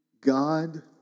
God